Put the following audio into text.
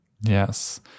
Yes